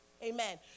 amen